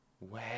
Wow